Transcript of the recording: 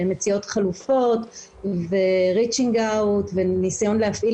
שהן מציעות חלופות ו-reaching out וניסיון להפעיל